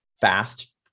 fast